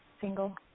single